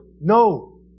No